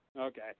Okay